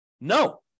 No